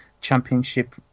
championship